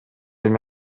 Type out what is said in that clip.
эми